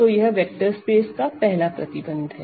तो यह vector space का पहला प्रतिबंध है